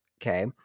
okay